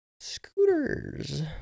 Scooters